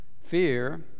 fear